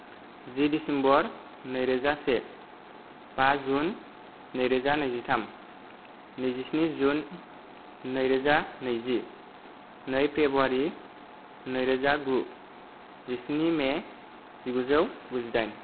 जि December नैरोजा से बा जुन नैरोजा नैजिथाम नैजिस्नि जुन नैरोजा नैजि नै फेब्रुवारि नैरोजा गु जिस्नि मे जिगुजौ गुजिदाइन